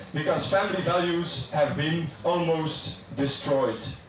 because family values have been almost destroyed.